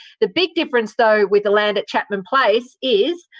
the big difference though, with the land at chapman place is,